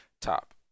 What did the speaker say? Top